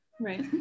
right